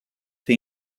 ser